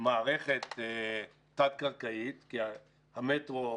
מערכת תת קרקעית כי המטרו,